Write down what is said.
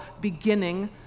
beginning